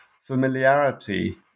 familiarity